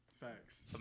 Facts